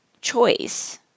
choice